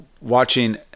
watching